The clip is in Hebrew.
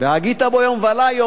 והגית בו יומם ולילה.